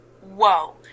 Whoa